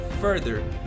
further